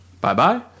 Bye-bye